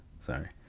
sorry